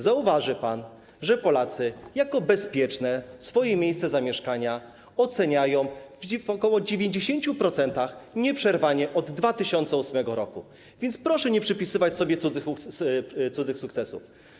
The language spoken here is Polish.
Zauważy pan, że Polacy jako bezpieczne swoje miejsce zamieszkania oceniają w ok. 90% nieprzerwanie od 2008 r., więc proszę nie przypisywać sobie cudzych sukcesów.